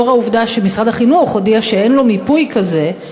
לאור העובדה שמשרד החינוך הודיע שאין לו מיפוי כזה,